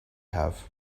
have